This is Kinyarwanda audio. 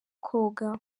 koga